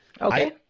Okay